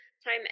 time